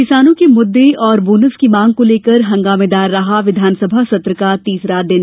किसानों के मुद्दे और बोनस की मांग को लेकर हंगामेदार रहा विधानसभा सत्र का तीसरा दिन